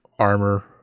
armor